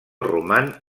roman